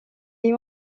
est